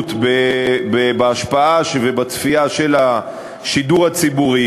הידרדרות בהשפעה ובצפייה של השידור הציבורי